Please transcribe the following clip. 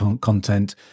content